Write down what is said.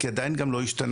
כי עדיין גם לא השתנה,